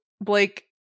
Blake